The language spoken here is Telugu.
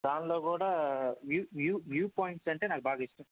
దానిలోకూడా వ్యూ వ్యూ వ్యూ పాయింట్స్ అంటే నాకు బాగా ఇష్టం